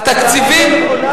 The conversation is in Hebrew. התקציבים,